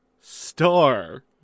star